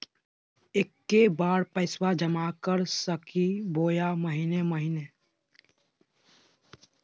एके बार पैस्बा जमा कर सकली बोया महीने महीने?